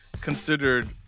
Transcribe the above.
considered